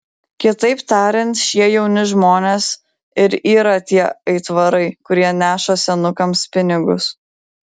kitaip tariant šie jauni žmonės ir yra tie aitvarai kurie neša senukams pinigus